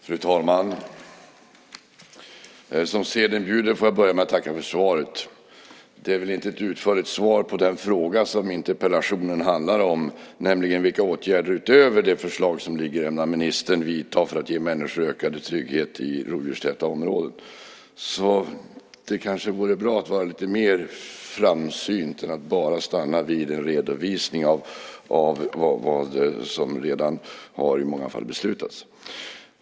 Fru talman! Som seden bjuder får jag börja med att tacka för svaret. Det är väl inte ett utförligt svar på den fråga som interpellationen handlar om, nämligen vilka åtgärder utöver det förslag som föreligger som ministern ämnar vidta för att ge människor ökad trygghet i rovdjurstäta områden. Det kanske vore bra att vara lite mer framsynt än att bara stanna vid en redovisning av vad som redan i många fall har beslutats.